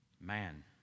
man